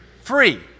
Free